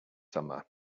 summer